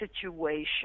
situation